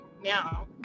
now